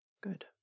Good